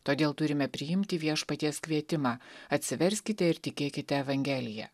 todėl turime priimti viešpaties kvietimą atsiverskite ir tikėkite evangelija